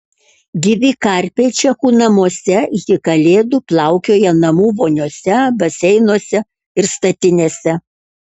gyvi karpiai čekų namuose iki kalėdų plaukioja namų voniose baseinuose ir statinėse